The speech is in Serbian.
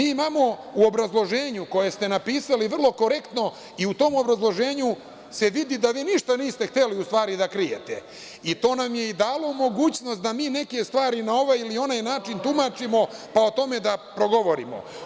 Imamo u obrazloženju koje ste napisali vrlo korektno i u tom obrazloženju se vidi da vi ništa niste hteli u stvari da krijete, i to nam je i dalo mogućnost da mi neke stvari na ovaj ili onaj način tumačimo, pa o tome da progovorimo.